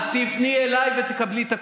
אז תפני אליי ותקבלי את הכול,